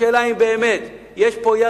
השאלה אם באמת יש פה יד.